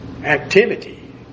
activity